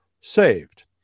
saved